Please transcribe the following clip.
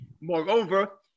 Moreover